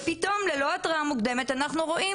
ופתאום ללא התראה מוקדמת אנחנו רואים